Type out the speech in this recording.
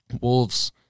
wolves